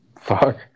Fuck